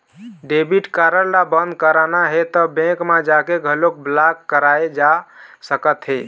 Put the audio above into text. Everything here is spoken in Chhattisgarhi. डेबिट कारड ल बंद कराना हे त बेंक म जाके घलोक ब्लॉक कराए जा सकत हे